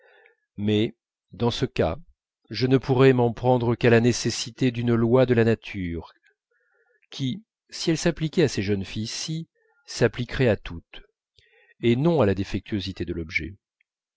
mais dans ce cas je ne pourrais m'en prendre qu'à la nécessité d'une loi de la nature qui si elle s'appliquait à ces jeunes filles s'appliquerait à toutes et non à la défectuosité de l'objet